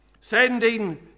sending